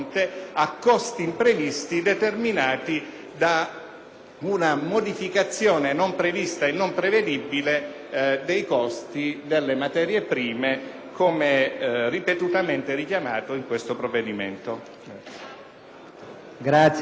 una modificazione non prevista e non prevedibile dei costi delle materie prime, come ripetutamente richiamato in questo provvedimento.